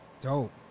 dope